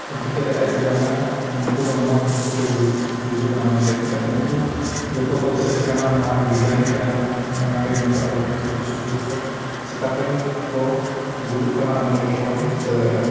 ᱵᱚᱱ ᱴᱷᱤᱠᱟᱹ ᱫᱟᱲᱮᱭᱟᱜᱼᱟ ᱥᱮ ᱵᱟᱝᱟ ᱱᱩᱠᱩ ᱫᱚ ᱱᱚᱣᱟ ᱠᱷᱟᱹᱛᱤᱨ ᱛᱮᱠᱚ ᱜᱩᱡᱩᱜ ᱠᱟᱱᱟ ᱢᱮᱱᱛᱮ ᱪᱤᱠᱟᱹᱛᱮ ᱩᱱᱠᱩ ᱡᱚᱛᱚ ᱠᱚ ᱨᱤᱥᱟᱨᱪ ᱠᱟᱱᱟ ᱢᱟᱨᱟᱝ ᱵᱤᱜᱽᱜᱟᱱᱤᱠ ᱠᱟᱱᱟ ᱠᱚ ᱚᱱᱟᱛᱮ ᱱᱩᱠᱩ ᱟᱵᱚᱨᱮᱱ ᱪᱮᱬᱮ ᱪᱤᱯᱨᱩᱫ ᱠᱚ ᱪᱤᱠᱟᱹᱛᱮ ᱠᱚ ᱜᱩᱡᱩᱜ ᱠᱟᱱᱟ ᱚᱱᱟ ᱡᱚᱛᱚ ᱦᱚᱲ ᱵᱚᱱ ᱴᱷᱤᱠᱟᱹ ᱫᱟᱲᱮᱭᱟᱜᱼᱟ